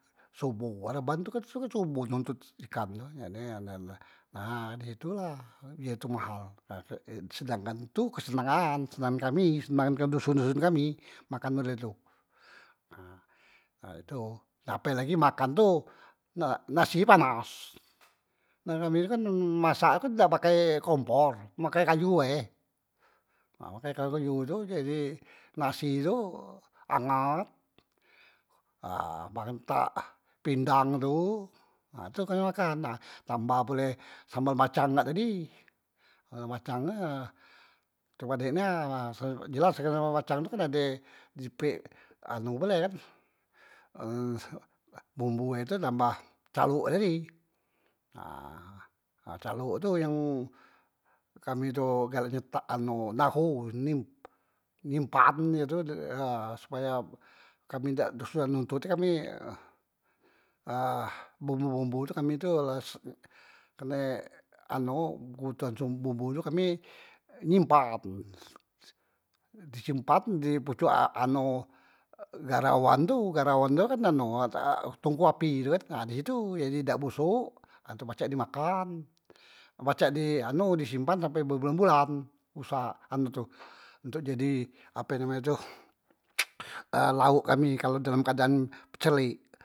Soboh, raban tu kan suk soboh nontot ikan tu kan na kan he tu lah ye tu mahal ha sedangkan tu kesenangan, kesenengan kami, kesenangan doson- doson kami makan model tu, nah ha tu apelagi makan tu nasi nye panas, na kami tu kan masak tu dak pakai kompor makai kayu bae, nah makai kayu tu jadi nasi tu angat ha mantak pindang tu, ha tu kami makan tambah pule sambal macang kak tadi, sambal macang kak padek nia jelas sambal macang tu kan ade hi pek anu pule kan he bumbu he tu nambah calok tadi ha calok tu yang kami tu galak nyetak anu naho nyim- nyimpan he tu supaya kami dak susah nontot e kami, ah bumbu- bumbu tu kami tu la se kerne anu kebutuhan bumbu tu kami nyimpan, di simpan di pocok anu garawan tu garawan tu kan anu tungku api tu kan ha disitu dak busuk ha tu pacak di makan, pacak di anu di simpan sampe be bulan- bulan busa anu tu untuk jadi ape name tu e laok kami kalu dalam keadaan kecelik.